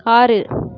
ஆறு